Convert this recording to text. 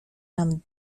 nam